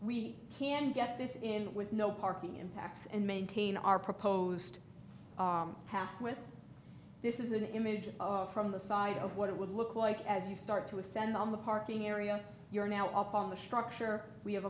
we can get this in with no parking impacts and maintain our proposed path with this is an image from the side of what it would look like as you start to ascend on the parking area you're now up on the structure we have